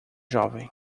jovem